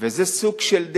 וזה סוג של דרך.